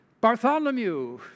Bartholomew